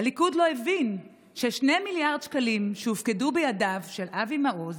הליכוד לא הבין ש-2 מיליארד שקלים שהופקדו בידיו של אבי מעוז